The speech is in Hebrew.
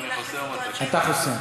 חוסם, אתה חוסם.